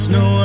no